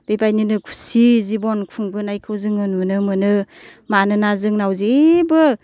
बेबादिनो खुसि जिबन खुंबोनायखौ जोङो नुनो मोनो मानोना जोंनाव जेबो